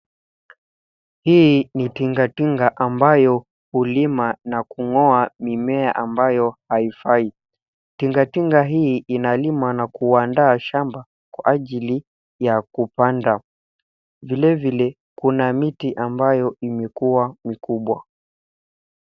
Hii ni tingatinga ambayo hulima na kung'oa mimea ambayo haifai. Tingatinga hii inalima na kuandaa shamba kwa ajili ya kupanda. Vile vile, kuna miti ambayo imekua mkubwa.